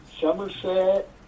Somerset